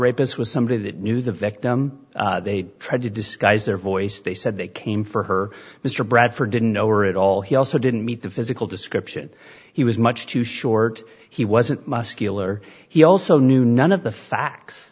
rapist was somebody that knew the victim they tried to disguise their voice they said they came for her mr bradford didn't know or at all he also didn't meet the physical description he was much too short he wasn't muscular he also knew none of the facts